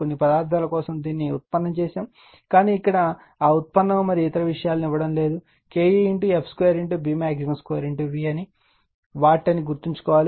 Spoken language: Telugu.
కొన్ని పదార్థాల కోసం దీనిని ఉత్పన్నము చేశారు కానీ ఇక్కడ ఇది ఆ ఉత్పన్నం మరియు ఇతర విషయాలను ఇవ్వడం లేదు Ke f 2 Bmax 2 V watt అని గుర్తుంచుకోండి